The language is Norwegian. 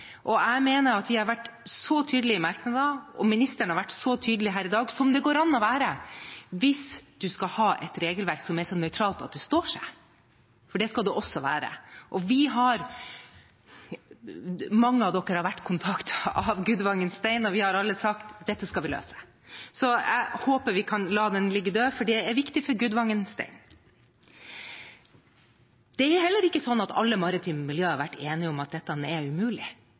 Jeg mener at vi har vært så tydelige i merknadene, og ministeren har vært så tydelig her i dag, som det går an å være hvis man skal ha et regelverk som er så nøytralt at det står seg, for det skal det også gjøre. Mange har vært kontaktet av Gudvangen Stein, og vi har alle sagt: Dette skal vi løse. Så jeg håper vi kan la den ligge død, for det er viktig for Gudvangen Stein. Det er heller ikke sånn at alle maritime miljøer har vært enige om at dette er umulig.